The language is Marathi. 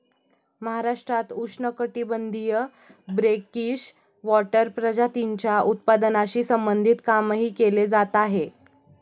महाराष्ट्रात उष्णकटिबंधीय ब्रेकिश वॉटर प्रजातींच्या उत्पादनाशी संबंधित कामही केले जात आहे